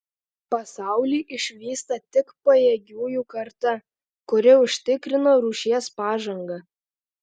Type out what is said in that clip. pasaulį išvysta tik pajėgiųjų karta kuri užtikrina rūšies pažangą